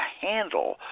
handle